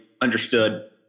understood